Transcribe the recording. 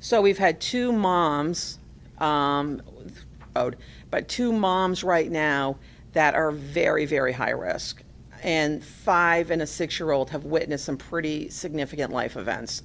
so we've had two moms owed by two moms right now that are very very high risk and five in a six year old have witnessed some pretty significant life events